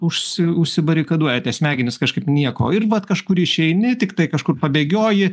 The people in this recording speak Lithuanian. užsi užsibarikaduoja tie smegenys kažkaip nieko ir vat kažkur išeini tiktai kažkur pabėgioji